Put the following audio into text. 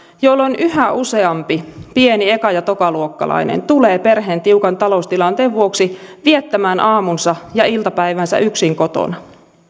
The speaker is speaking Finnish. jolloin yhä useampi pieni eka ja tokaluokkalainen tulee perheen tiukan taloustilanteen vuoksi viettämään aamunsa ja iltapäivänsä yksin kotona